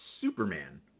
Superman